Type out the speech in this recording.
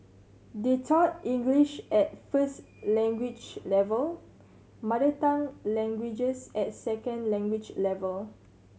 they taught English at first language level mother tongue languages at second language level